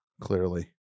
clearly